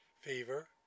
Fever